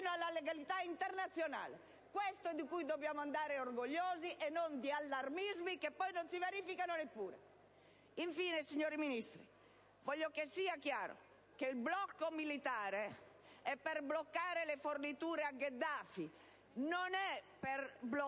alla legalità internazionale! Di questo dobbiamo andare orgogliosi, e non di allarmismi che non si verificano neppure! Infine, signori Ministri, voglio che sia chiaro che il blocco militare serve a impedire le forniture a Gheddafi e non a bloccare